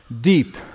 deep